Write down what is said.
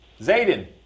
Zayden